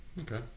Okay